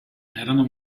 erano